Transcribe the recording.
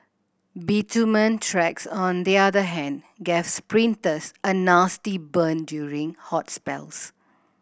bitumen tracks on the other hand gave sprinters a nasty burn during hot spells